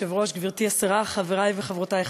אני מוסיף את חבר הכנסת